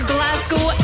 Glasgow